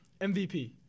MVP